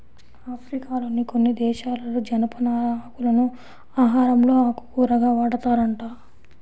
ఆఫ్రికాలోని కొన్ని దేశాలలో జనపనార ఆకులను ఆహారంలో ఆకుకూరగా వాడతారంట